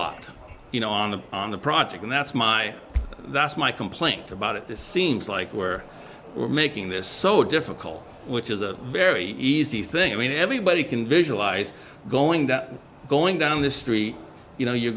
lot you know on the on the project and that's my that's my complaint about it this seems like where we're making this so difficult which is a very easy thing i mean everybody can visualize going down going down the street you know you're